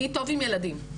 אני טוב עם ילדים.